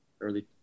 early